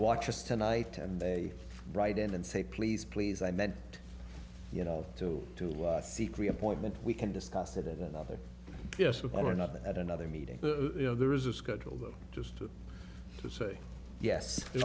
watch us tonight and they write in and say please please i meant you know two to three appointment we can discuss it in another yes of or not at another meeting there is a schedule of just to say yes